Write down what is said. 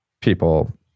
people